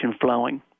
flowing